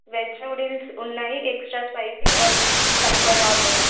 veg noodles ఉన్నాయి extra spicy or తక్కువ normal